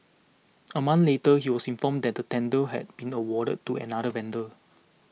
a month later he was informed that the tender had been awarded to another vendor